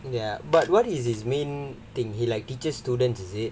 ya but what is his main thing he like teacher student is it